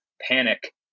panic